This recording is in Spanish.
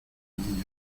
niña